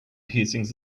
piercings